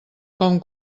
com